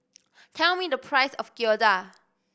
tell me the price of Gyoza